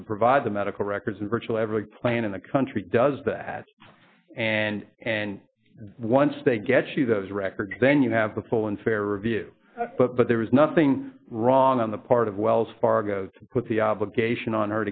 nt to provide the medical records and virtually every plan in the country does that and and once they get you those records then you have a full and fair review but there was nothing wrong on the part of wells fargo with the obligation on